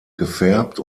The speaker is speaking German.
gefärbt